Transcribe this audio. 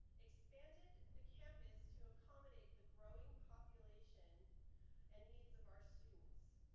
expanded the campus to accommodate the growing population and needs of our students,